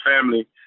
family